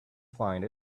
find